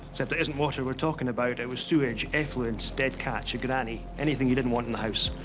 except it isn't water we're talking about, it was sewage, effluence, dead cats, your granny. anything you didn't want in the house.